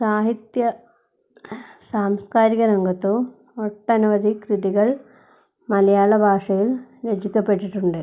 സാഹിത്യ സാംസ്കാരിക രംഗത്തു ഒട്ടനവധി കൃതികൾ മലയാള ഭാഷയിൽ രചിക്കപ്പെട്ടിട്ടുണ്ട്